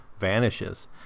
vanishes